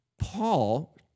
Paul